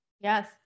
yes